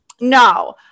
No